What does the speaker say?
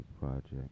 Project